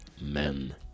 men